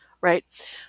Right